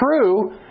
true